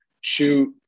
shoot